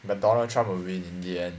that donald trump win in the end